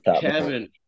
Kevin